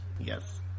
Yes